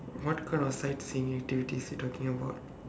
what kind of sightseeing activities you talking about